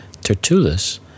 Tertullus